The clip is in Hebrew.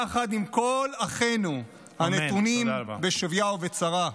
יחד עם כל אחינו הנתונים בשִׁבְיָה ובצרה.